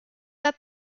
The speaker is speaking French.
pas